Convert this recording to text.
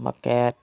market